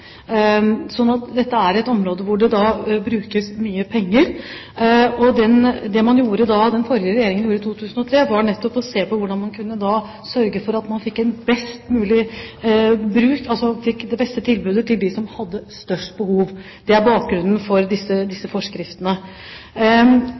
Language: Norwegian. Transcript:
at dette er et område hvor det brukes mye penger. Det den forrige regjeringen gjorde i 2003, var nettopp å se på hvordan man kunne sørge for at man fikk det beste tilbudet til dem som hadde størst behov. Det er bakgrunnen for disse